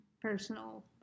personal